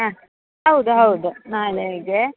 ಹಾಂ ಹೌದು ಹೌದು ನಾಳೆಗೆ